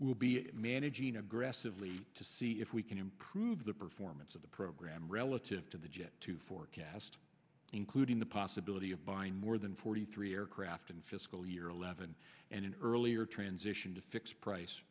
will be managing aggressively to see if we can improve the performance of the program relative to the jet to forecast including the possibility of buying more than forty three aircraft in fiscal year eleven and an earlier transition to fixed price